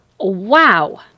wow